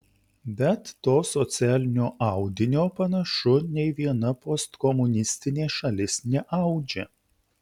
bet to socialinio audinio panašu nei viena postkomunistinė šalis neaudžia